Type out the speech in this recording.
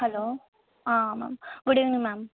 hello ah ma'am good evening ma'am